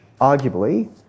arguably